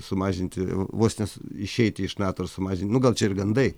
sumažinti vos nes išeiti iš nato ar sumažin nu gal čia ir gandai